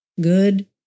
good